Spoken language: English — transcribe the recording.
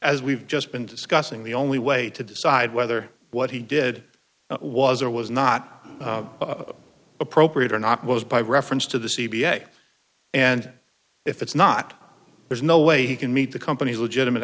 as we've just been discussing the only way to decide whether what he did was or was not appropriate or not was by reference to the c b s a and if it's not there's no way he can meet the company's legitimate